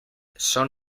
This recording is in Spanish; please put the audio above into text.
son